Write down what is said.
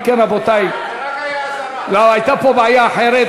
אם כן, רבותי, לא, הייתה פה בעיה אחרת.